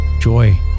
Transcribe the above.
joy